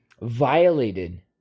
violated